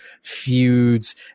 feuds